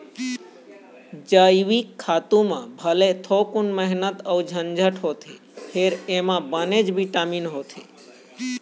जइविक खातू म भले थोकिन मेहनत अउ झंझट होथे फेर एमा बनेच बिटामिन होथे